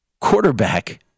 quarterback